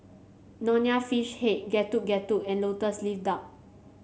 Nonya Fish Head Getuk Getuk and lotus leaf duck